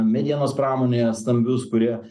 medienos pramonėje stambius kurie